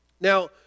Now